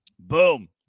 Boom